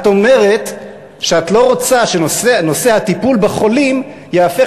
את אומרת שאת לא רוצה שנושא הטיפול בחולים ייהפך